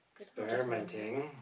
experimenting